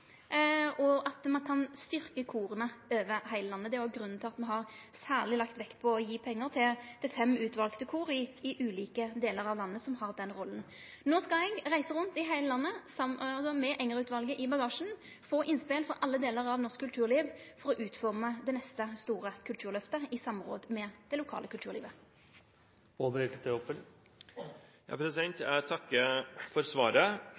Det er òg grunnen til at me har lagt særleg vekt på å gje pengar til fem utvalde kor i ulike delar av landet som har den rolla. No skal eg reise rundt i heile landet med Enger-utvalet i bagasjen og få innspel frå alle delar av norsk kulturliv for å utforme det neste store kulturløftet i samråd med det lokale kulturlivet. Jeg takker for svaret, og jeg er glad for